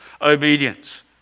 obedience